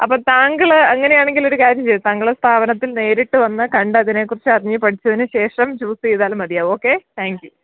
അപ്പം താങ്കൾ അങ്ങനെയാണെങ്കിലൊരു കാര്യം ചെയ്യൂ താങ്കൾ സ്ഥാപനത്തിൽ നേരിട്ട് വന്ന് കണ്ട് അതിനെക്കുറിച്ച് അറിഞ്ഞ് പഠിച്ചതിന് ശേഷം ചൂസ് ചെയ്ത മതിയാകും ഓക്കേ താങ്ക്യൂ